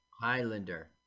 Highlander